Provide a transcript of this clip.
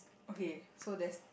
okay so there's